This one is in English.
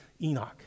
Enoch